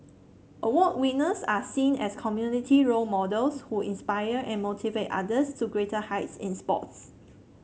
award winners are seen as community role models who inspire and motivate others to greater heights in sports